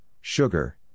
sugar